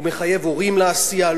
הוא מחייב הורים להסיע.